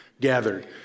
gathered